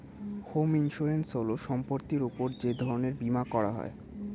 home insurance হল সম্পত্তির উপর যে ধরনের বীমা করা হয়